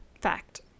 fact